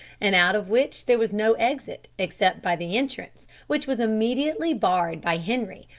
and out of which there was no exit except by the entrance, which was immediately barred by henri,